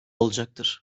olacaktır